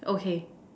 okay